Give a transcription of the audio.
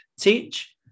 teach